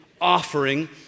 offering